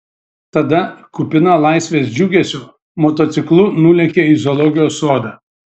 tada kupina laisvės džiugesio motociklu nulėkė į zoologijos sodą